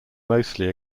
mostly